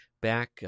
back